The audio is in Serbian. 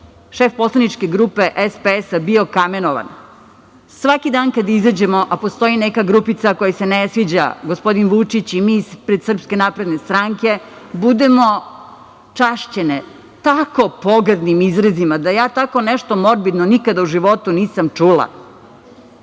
šef poslaničke grupe SPS bio kamenovan. Svaki dan kad izađemo, a postoji neka grupica kojoj se ne sviđa gospodin Vučić i mi iz SNS budemo „čašćene“ tako pogrdnim izrazima, da ja tako nešto morbidno nikada u životu nisam